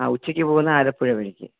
ആ ഉച്ചയ്ക്ക് പോകുന്നത് ആലപ്പുഴ വഴിക്ക്